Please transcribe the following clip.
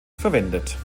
verwendet